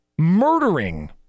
murdering